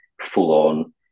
full-on